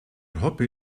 hoppe